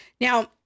Now